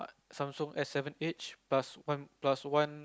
Samsung S-seven edge plus one plus one